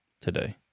today